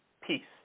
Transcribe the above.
peace